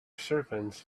servants